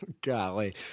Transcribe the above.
Golly